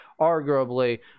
arguably